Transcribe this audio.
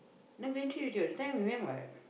now gantry already what that time we went what